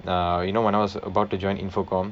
uh you know when I was about to join infocomm